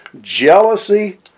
jealousy